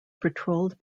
patrolled